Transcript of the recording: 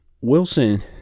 Wilson